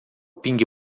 pingue